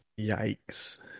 Yikes